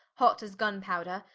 hot as gunpowder,